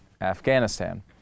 Afghanistan